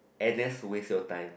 n_s waste your time